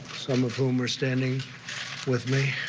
some of whom are standing with me.